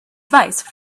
vice